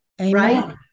Right